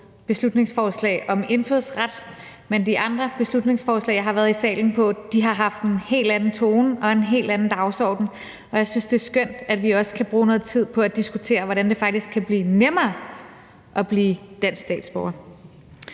beslutningsforslag om indfødsret, men de andre beslutningsforslag, jeg har været i salen om, har haft en helt anden tone og en helt anden dagsorden. Jeg synes, det er skønt, at vi også kan bruge noget tid på at diskutere, hvordan det faktisk kan blive nemmere at blive dansk statsborger.